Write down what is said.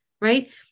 right